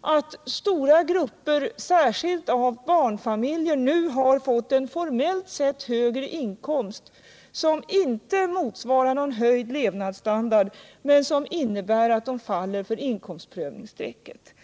att stora grupper, särskilt barnfamiljer, nu har fått en formellt sett högre inkomst än tidigare, som dock inte motsvarar någon höjd levnadsstandard men däremot innebär att de faller för inkomstprövningsstrecket.